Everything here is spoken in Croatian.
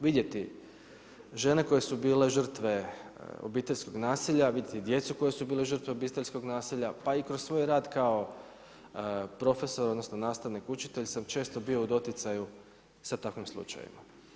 Vidjeti žene koje su bile žrtve obiteljskog naselja, vidjeti djecu koja su bila žrtve obiteljskog nasilja, pa i kroz svoj rad kao profesor, odnosno nastavnik učitelj sam često bio u doticaju sa takvim slučajevima.